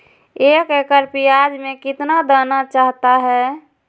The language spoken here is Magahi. एक एकड़ प्याज में कितना दाना चाहता है?